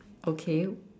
okay